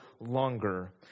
longer